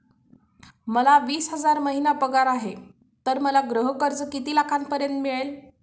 मला वीस हजार महिना पगार आहे तर मला गृह कर्ज किती लाखांपर्यंत मिळेल?